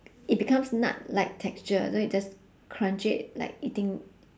it becomes nut like texture so you just crunch it like eating